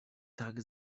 tak